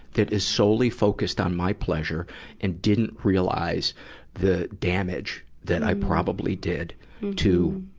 that is solely focused on my pleasure and didn't realize the damage that i probably did to,